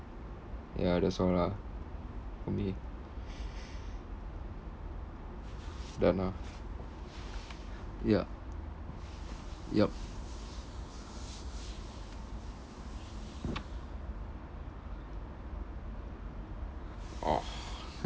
ya that's all lah for me done ah ya yup ugh